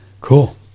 cool